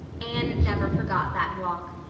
anne never forgot that walk.